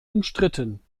umstritten